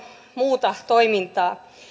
muuta toimintaa